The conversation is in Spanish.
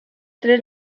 tres